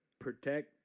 protect